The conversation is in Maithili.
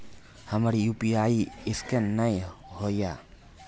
हमर यु.पी.आई ईसकेन नेय हो या?